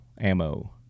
ammo